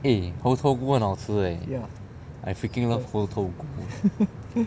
eh 猴头菇很好吃 eh I freaking love 猴头菇